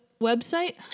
website